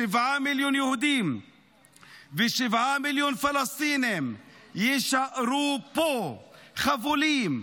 שבעה מיליון יהודים ושבעה מיליון פלסטינים יישארו פה חבולים,